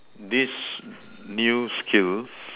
this new skills